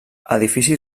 edifici